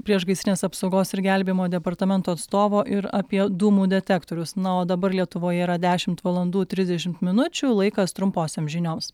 priešgaisrinės apsaugos ir gelbėjimo departamento atstovo ir apie dūmų detektorius na o dabar lietuvoje yra dešimt valandų trisdešimt minučių laikas trumposioms žinioms